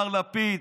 מר לפיד,